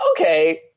okay